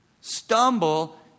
Stumble